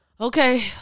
Okay